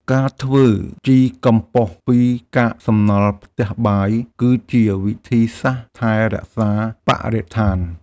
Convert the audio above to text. ការធ្វើជីកំប៉ុស្តពីកាកសំណល់ផ្ទះបាយ គឺជាវិធីសាស្ត្រថែរក្សាបរិស្ថាន។